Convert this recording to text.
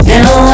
Now